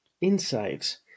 insights